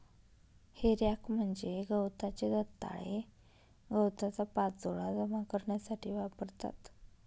हे रॅक म्हणजे गवताचे दंताळे गवताचा पाचोळा जमा करण्यासाठी वापरतात